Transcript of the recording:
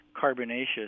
carbonaceous